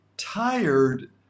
tired